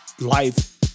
life